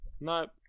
Nope